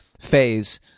phase